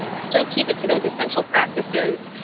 still keep it to those essential practices.